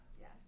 Yes